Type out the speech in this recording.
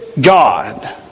God